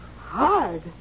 Hard